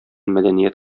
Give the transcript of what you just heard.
мәдәният